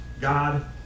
God